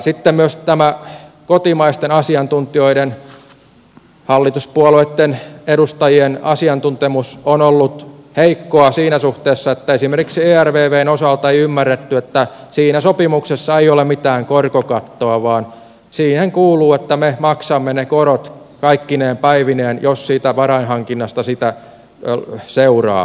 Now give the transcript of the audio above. sitten myös kotimaisten asiantuntijoiden hallituspuolueitten edustajien asiantuntemus on ollut heikkoa siinä suhteessa että esimerkiksi ervvn osalta ei ymmärretty että siinä sopimuksessa ei ole mitään korkokattoa vaan siihen kuuluu että me maksamme ne korot kaikkineen päivineen jos siitä varainhankinnasta niitä korkoja seuraa